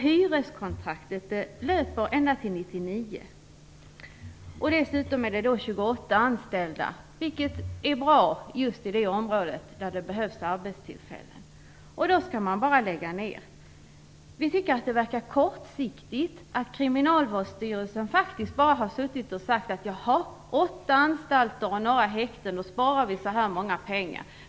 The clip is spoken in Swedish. Hyreskontraktet löper ända till 1999. Dessutom har anstalten 28 anställda. Det är bra, eftersom det behövs arbetstillfällen i det området. Ändå skall fängelset bara läggas ner. Vi tycker att det verkar kortsiktigt att Kriminalvårdsstyrelsen faktiskt bara har sagt att om man lägger ner åtta anstalter och några häkten så sparar vi si och så mycket pengar.